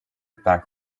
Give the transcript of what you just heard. fact